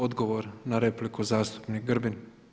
Odgovor na repliku zastupnik Grbin.